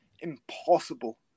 impossible